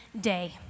day